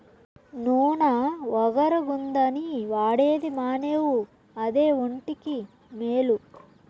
నూన ఒగరుగుందని వాడేది మానేవు అదే ఒంటికి మేలు